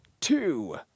two